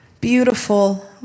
Beautiful